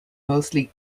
mostly